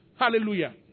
Hallelujah